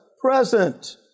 present